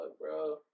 bro